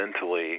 mentally